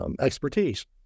expertise